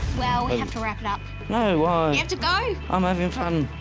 well we have to wrap it up. no. why? you have to go. i'm having fun.